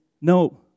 no